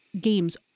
games